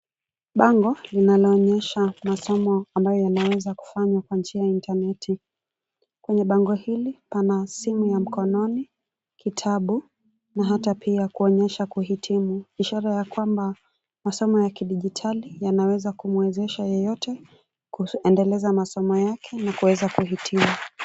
Bango linaloonyesha masomo ambayo yanaweza kufanywa kwa njia ya intaneti. Kwenye bango hili, pana simu ya mkononi, kitabu, na hata pia kuonyesha kuhitimu, ishara ya kwamba, masoma yakidigitali ya naweza kumwezesha yeyote, kuendeleza masoma yake, na kuweza kuhitimu.